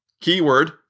keyword